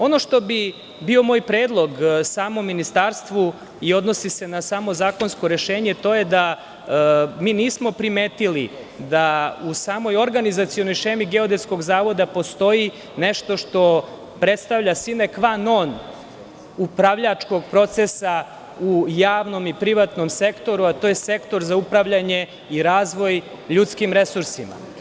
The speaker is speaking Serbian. Ono što bi bio moj predlog samom Ministarstvu i odnosi se na zakonsko rešenje, to je da mi nismo primetili da u samoj organizacionoj šemiGeodetskog zavoda, postoji nešto što predstavlja sine kva kon, upravljačkog procesa u javnom i privatnom sektoru, a to je sektor za upravljanje i razvoj ljudskim resursima.